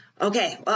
Okay